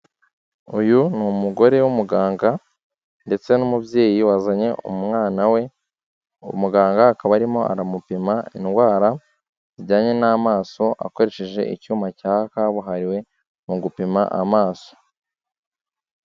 Uyu ni umugore w'umuganga ndetse n'umubyeyi wazanye umwana we, uwo muganga akaba arimo aramupima indwara zijyanye n'amaso akoresheje icyuma cya kabuhariwe mu gupima amaso.